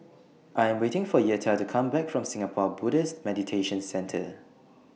I'm waiting For Yetta to Come Back from Singapore Buddhist Meditation Centre